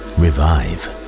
revive